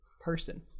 person